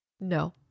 No